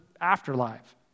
afterlife